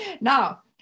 Now